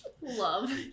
Love